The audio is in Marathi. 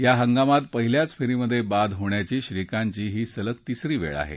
या हंगामात पहिल्याच फेरीत बाद होण्याची श्रीकांतची ही सलग तिसरी वेळ आहे